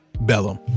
Bellum